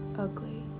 ugly